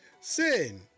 Sin